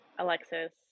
alexis